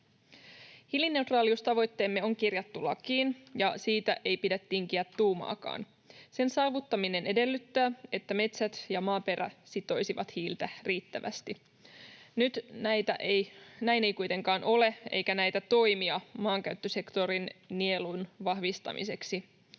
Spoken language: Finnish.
Hiilineutraaliustavoitteemme on kirjattu lakiin, ja siitä ei pidä tinkiä tuumaakaan. Sen saavuttaminen edellyttää, että metsät ja maaperä sitoisivat hiiltä riittävästi. Nyt näin ei kuitenkaan ole, eikä näitä toimia maankäyttösektorin nielun vahvistamiseksi